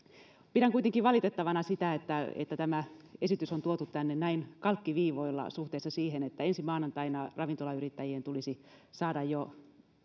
pidän kuitenkin valitettavana sitä että että tämä esitys on tuotu tänne näin kalkkiviivoilla suhteessa siihen että ensi maanantaina ravintolayrittäjien tulisi saada jo